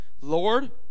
Lord